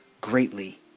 greatly